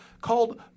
called